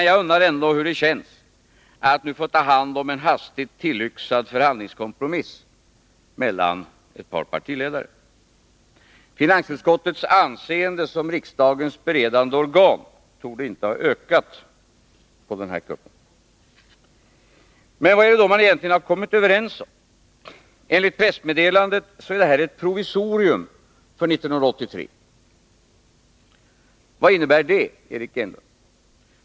Jag undrar ändå hur det känns att nu få ta hand om en hastigt tillyxad förhandlingskompromiss mellan ett par partiledare. Finansutskottets anseende som riksdagens beredande organ torde inte ha ökat på den kuppen. Vad är det då man egentligen har kommit överens om? Enligt pressmeddelandet är det här ett provisorium för 1983. Vad innebär det, Eric Enlund?